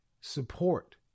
support